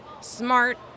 smart